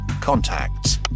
contacts